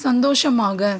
சந்தோஷமாக